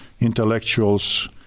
intellectuals